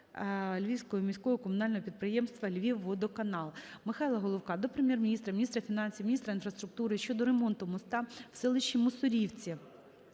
Львівського міського комунального підприємства "Львівводоканал". Михайла Головка до Прем'єр-міністра, міністра фінансів, міністра інфраструктури щодо ремонту моста в селищі Мусорівці